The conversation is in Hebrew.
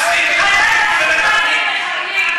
אתה תפסיק להגיד מחבלים.